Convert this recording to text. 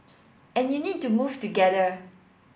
and you need to move together